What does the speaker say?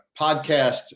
podcast